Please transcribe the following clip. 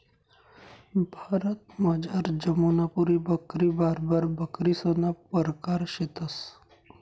भारतमझार जमनापुरी बकरी, बार्बर बकरीसना परकार शेतंस